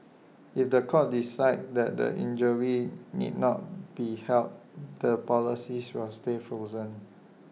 if The Court decides that the injury need not be held the policies will stay frozen